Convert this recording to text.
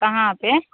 कहाँ पर